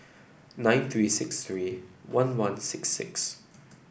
nine three six three one one six six